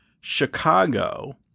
Chicago